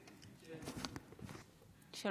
בבקשה.